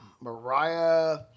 Mariah